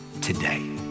today